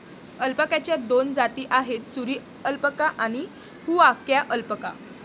अल्पाकाच्या दोन जाती आहेत, सुरी अल्पाका आणि हुआकाया अल्पाका